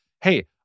hey